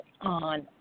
on